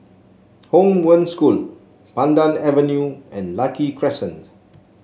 Hong Wen School Pandan Avenue and Lucky Crescent